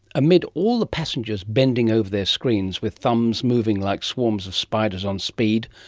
amid all the passengers bending over their screens with thumbs moving like swarms of spiders on speed,